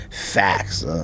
Facts